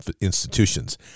institutions